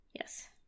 Yes